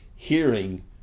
hearing